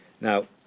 Now